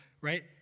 right